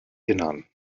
innern